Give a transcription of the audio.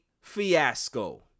fiasco